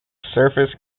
surface